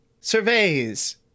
surveys